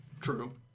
True